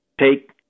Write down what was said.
take